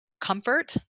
comfort